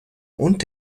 und